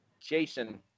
Jason